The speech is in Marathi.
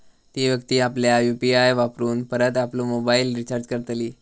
ती व्यक्ती आपल्या यु.पी.आय वापरून परत आपलो मोबाईल रिचार्ज करतली